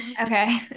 okay